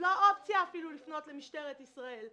אפילו לא אופציה לפנות למשטרת ישראל.